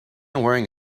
wearing